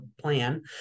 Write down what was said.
plan